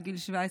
בגיל 17,